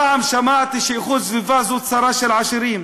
פעם שמעתי שאיכות הסביבה זו צרה של עשירים,